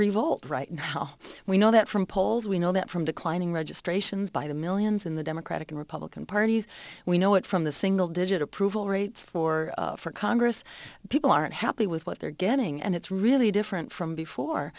revolt right now we know that from polls we know that from declining registrations by the millions in the democratic and republican parties we know it from the single digit approval rates for for congress people aren't happy with what they're getting and it's really different from before